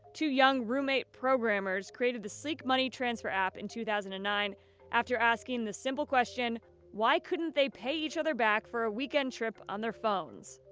two young roommate programmers created the sleek money transfer app in two thousand and nine after asking the simple question why couldn't they pay each other back for a weekend trip on their phones?